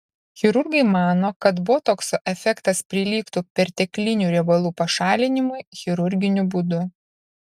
chirurgai mano kad botokso efektas prilygtų perteklinių riebalų pašalinimui chirurginiu būdu